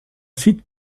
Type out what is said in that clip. site